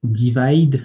divide